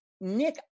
Nick